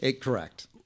Correct